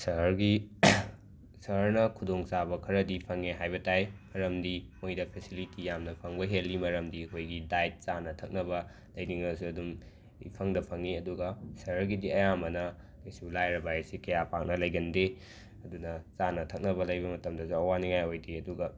ꯁꯍꯔꯒꯤ ꯁꯍꯔꯅ ꯈꯨꯗꯣꯡ ꯆꯥꯕ ꯈꯔꯗꯤ ꯐꯪꯉꯦ ꯍꯥꯏꯕ ꯇꯥꯏ ꯃꯔꯝꯗꯤ ꯃꯣꯏꯗ ꯐꯦꯁꯤꯂꯤꯇꯤ ꯌꯥꯝꯅ ꯐꯪꯕ ꯍꯦꯜꯂꯤ ꯃꯔꯝꯗꯤ ꯑꯩꯈꯣꯏꯒꯤ ꯗꯥꯏꯠ ꯆꯥꯅ ꯊꯛꯅꯕ ꯂꯩꯅꯤꯡꯂꯁꯨ ꯑꯗꯨꯝ ꯏꯐꯪꯗ ꯐꯪꯉꯤ ꯑꯗꯨꯒ ꯁꯍꯔꯒꯤꯗꯤ ꯑꯌꯥꯝꯕꯅ ꯀꯩꯁꯨ ꯂꯥꯏꯔꯕ ꯍꯥꯏꯁꯦ ꯀꯌꯥ ꯄꯥꯛꯅ ꯂꯩꯒꯟꯗꯦ ꯑꯗꯨꯅ ꯆꯥꯅ ꯊꯛꯅꯕ ꯂꯩꯕ ꯃꯇꯝꯗ ꯋꯥꯅꯤꯡꯉꯥꯏ ꯑꯣꯏꯗꯦ ꯑꯗꯨꯒ